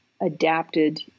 adapted